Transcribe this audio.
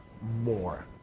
more